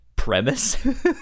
Premise